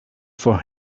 for